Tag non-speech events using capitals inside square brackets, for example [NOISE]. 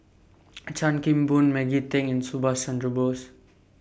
[NOISE] Chan Kim Boon Maggie Teng and Subhas Chandra Bose